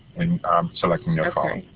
and selecting their phone.